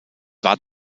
war